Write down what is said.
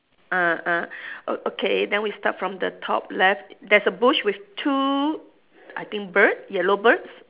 ah ah oh okay then we start from the top left there's a bush with two I think bird yellow birds